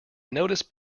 noticed